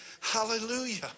Hallelujah